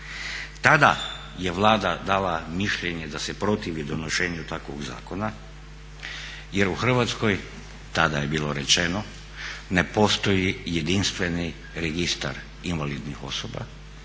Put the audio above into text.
Tada je Vlada dala mišljenje da se protivi donošenju takvog zakona jer u Hrvatskoj, tada je bilo rečeno, ne postoji jedinstveni registar invalidnih osoba,